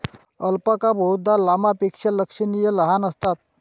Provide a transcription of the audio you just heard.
alpaca बहुधा लामापेक्षा लक्षणीय लहान असतात